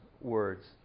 words